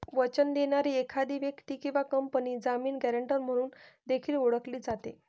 वचन देणारी एखादी व्यक्ती किंवा कंपनी जामीन, गॅरेंटर म्हणून देखील ओळखली जाते